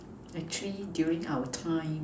actually during our time